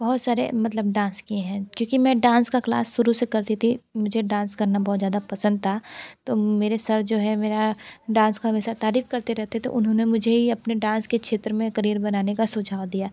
बहुत सारे मतलब डांस किए हैं क्योंकि मैं डांस की क्लास शुरू से करती थी मुझे डांस करना बहुत ज़्यादा पसंद था तो मेरे सर जो है मेरे डांस की हमेशा तारीफ़ करते रहते थे उन्होंने मुझे ही अपने डांस के क्षेत्र में करियर बनाने का सुझाव दिया